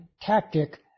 tactic